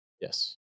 Yes